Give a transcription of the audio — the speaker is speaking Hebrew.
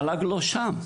המל"ג לא שם.